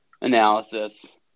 analysis